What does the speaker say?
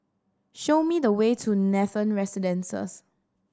show me the way to Nathan Residences